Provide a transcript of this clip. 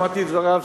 שמעתי את דבריו,